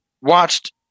watched